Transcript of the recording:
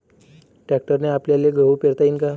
ट्रॅक्टरने आपल्याले गहू पेरता येईन का?